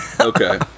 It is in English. okay